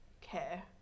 care